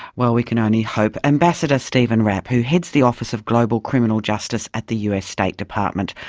well, we can only hope. ambassador stephen rapp, who heads the office of global criminal justice at the us state department.